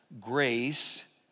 grace